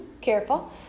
Careful